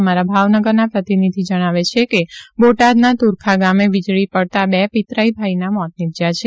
અમારા ભાવનગરના પ્રતિનિધિ જણાવે છે કે બોટાદના તુરખા ગામે વીજળી પડતા બે પિતરાઈભાઈના મોત નિપજ્યા છે